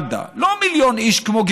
לא מיליון איש כמו אוגנדה,